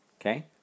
Okay